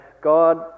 God